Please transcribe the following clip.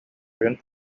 күһүн